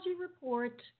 report